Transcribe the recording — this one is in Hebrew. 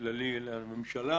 כללי לממשלה.